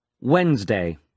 Wednesday